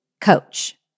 coach